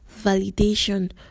validation